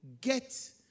get